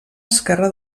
esquerra